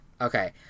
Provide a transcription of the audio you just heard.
Okay